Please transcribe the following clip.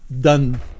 done